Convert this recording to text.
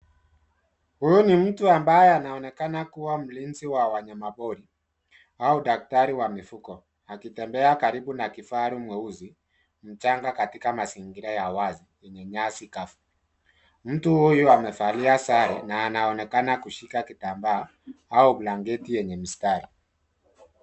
Huu ni mtu ambaye anaonekana kuwa mlinzi wa wanyamapori au daktari wa mifugo akitembea karibu na kifaru mweusi mchanga katika mazingira ya wazi kwenye nyasi kavu. Mtu huyu amevalia sare na anaonekana kushika kitambaa au blanketi yenye mstari.